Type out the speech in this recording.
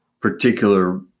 particular